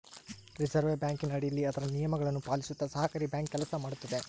reserve ಬ್ಯಾಂಕಿನ ಅಡಿಯಲ್ಲಿ ಅದರ ನಿಯಮಗಳನ್ನು ಪಾಲಿಸುತ್ತ ಸಹಕಾರಿ ಬ್ಯಾಂಕ್ ಕೆಲಸ ಮಾಡುತ್ತದೆ